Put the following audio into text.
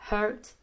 Hurt